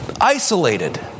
isolated